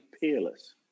peerless